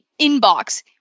Inbox